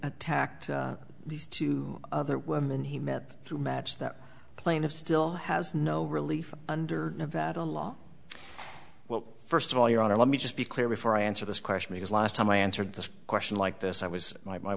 attacked these two other women he met through match that plane of still has no relief under nevada law well first of all your honor let me just be clear before i answer this question because last time i answered this question like this i was